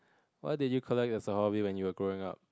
what did you collect as a hobby when you were growing up